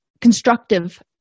constructive